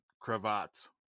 cravats